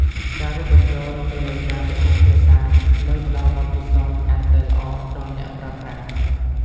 ការរួមបញ្ចូលជំនួយការពហុភាសា នឹងផ្ដល់បទពិសោធន៍កាន់តែល្អដល់អ្នកប្រើប្រាស់។